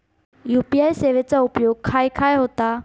UPI सेवेचा उपयोग खाय खाय होता?